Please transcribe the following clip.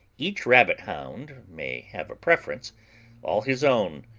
each rabbit hound may have a preference all his own,